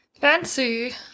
fancy